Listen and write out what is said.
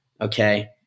Okay